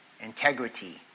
integrity